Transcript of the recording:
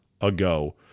ago